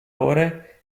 ore